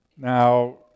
Now